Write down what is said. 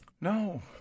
No